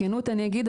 בכנות אני אגיד,